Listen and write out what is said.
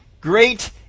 great